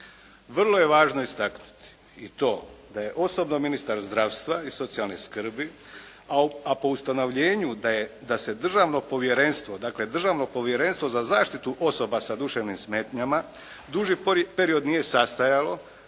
Vrlo je važno istaknuti i to da je osobno ministar zdravstva i socijalne skrbi, a po ustanovljenju da se državno povjerenstvo, dakle Državno povjerenstvo za zaštitu osoba sa duševnim smetnjama duži period nije sastajalo,